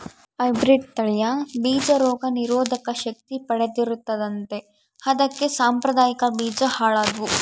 hybrid ತಳಿಯ ಬೀಜ ರೋಗ ನಿರೋಧಕ ಶಕ್ತಿ ಪಡೆದಿರುತ್ತದೆ ಅಂತೆ ಅದಕ್ಕೆ ಸಾಂಪ್ರದಾಯಿಕ ಬೀಜ ಹಾಳಾದ್ವು